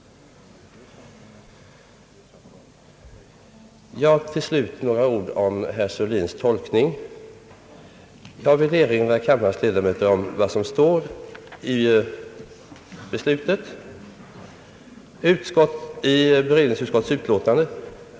Till slut några ord om herr Sörlins tolkning. Jag vill erinra kammarens ledamöter om vad som står i allmänna beredningsutskottets utlåtande.